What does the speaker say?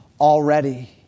already